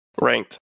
ranked